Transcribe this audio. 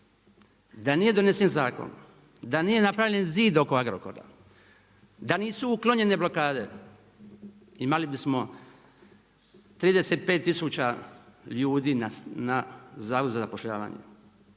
Da nije donesen zakon, da nije napravljen zid oko Agrokora, da nisu uklonjene blokade imali bismo 35 tisuća ljudi na Zavodu na zapošljavanje.